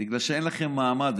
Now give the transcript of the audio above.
בגלל שאין לכם מעמד.